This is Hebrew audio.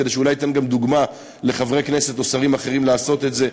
כדי שאולי ייתן גם דוגמה לחברי כנסת או שרים אחרים לעשות את זה.